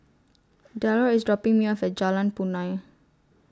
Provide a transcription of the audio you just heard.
Darrel IS dropping Me off At Jalan Punai